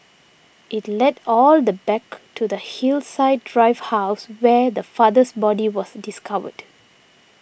it led all the back to the Hillside Drive house where the father's body was discovered